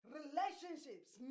relationships